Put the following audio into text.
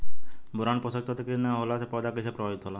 Boron पोषक तत्व के न होला से पौधा कईसे प्रभावित होला?